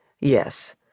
Yes